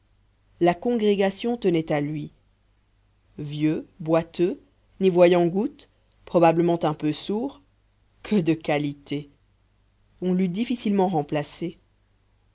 la congrégation tenait à lui vieux boiteux n'y voyant goutte probablement un peu sourd que de qualités on l'eût difficilement remplacé